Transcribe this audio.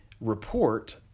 report